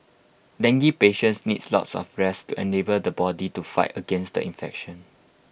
dengue patients need lots of rest to enable the body to fight against the infection